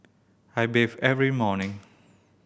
I bathe every morning